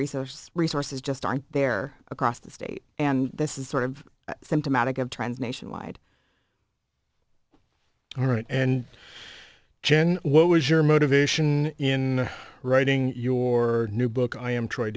resource resources just aren't there across the state and this is sort of symptomatic of trends nationwide and jan what was your motivation in writing your new book i am tr